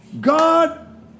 God